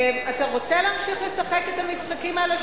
אתה רוצה להמשיך לשחק את המשחקים האלה,